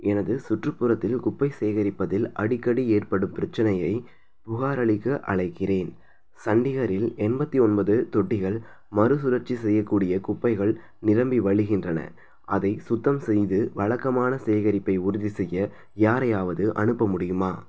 எனது சுற்றுப்புறத்தில் குப்பை சேகரிப்பதில் அடிக்கடி ஏற்படும் பிரச்சனையை புகாரளிக்க அழைக்கிறேன் சண்டிகரில் எண்பத்தி ஒன்பது தொட்டிகள் மறுசுழற்சி செய்யக்கூடிய குப்பைகள் நிரம்பி வழிகின்றன அதை சுத்தம் செய்து வழக்கமான சேகரிப்பை உறுதி செய்ய யாரையாவது அனுப்ப முடியுமா